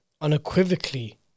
unequivocally